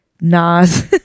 Nas